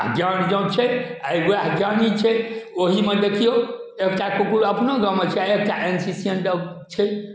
आ ज्ञान जँ छै आइ वएह ज्ञानी छै ओहिमे देखियौ एकटा कुकुर अपना गाममे छै आ एकटा एनशेशियन डॉग छै